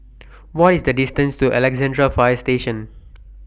What IS The distance to Alexandra Fire Station